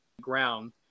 ground